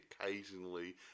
occasionally